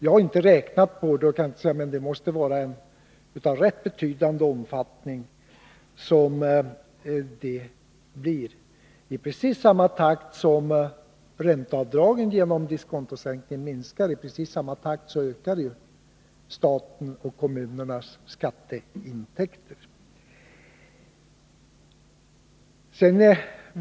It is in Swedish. Jag har inte räknat på detta, men det måste vara fråga om en rätt betydande ökning. I precis samma takt som ränteavdragen minskar genom diskontosänkning ökar ju statens och kommunernas skatteintäkter.